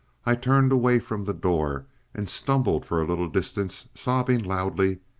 i turned away from the door and stumbled for a little distance, sobbing loudly,